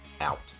out